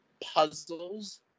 puzzles